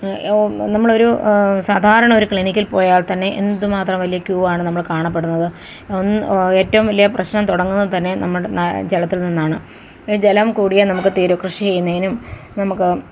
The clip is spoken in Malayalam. ഒ നമ്മളൊരു സാധാരണ ഒരു ക്ലിനിക്കിൽ പോയാൽ തന്നെ എന്തുമാത്രം വലിയ ക്യു ആണ് നമ്മൾ കാണപ്പെടുന്നത് ഒന്ന് ഏറ്റവും വലിയ പ്രശ്നം തുടങ്ങുന്നത് തന്നെ നമ്മുടെ ജലത്തിൽ നിന്നാണ് ഈ ജലം കൂടിയേ നമുക്ക് തീരു കൃഷി ചെയ്യുന്നതിനും നമുക്ക്